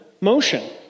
motion